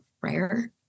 rare